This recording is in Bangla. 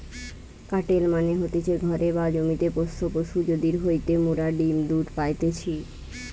কাটেল মানে হতিছে ঘরে বা জমিতে পোষ্য পশু যাদির হইতে মোরা ডিম্ দুধ পাইতেছি